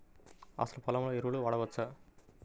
అసలు పొలంలో ఎరువులను వాడవచ్చా?